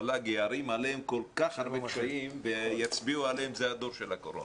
המל"ג יערים עליהם כל כך הרבה קשיים ויצביעו עליהם: זה הדור של הקורונה.